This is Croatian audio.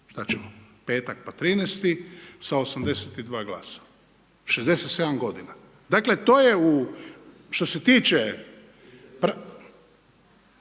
Znači, petak pa 13. sa 82 glasa, 67 godina. Dakle, to je što se tiče